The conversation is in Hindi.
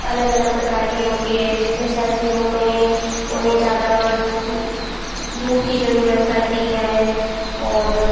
अलग अलग प्रकार की होती है जैसे सर्दियों में उन्हें ज़्यादा धूप की जरूरत पड़ती है और